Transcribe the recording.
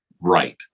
right